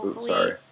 Sorry